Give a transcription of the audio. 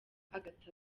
agatha